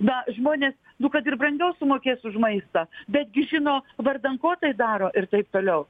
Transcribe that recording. na žmonės nu kad ir brangiau sumokės už maistą betgi žino vardan ko tai daro ir taip toliau